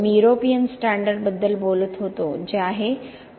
मी European स्टँडर्डबद्दल बोलत होतो जे आहे